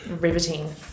riveting